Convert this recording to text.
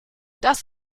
das